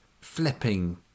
flipping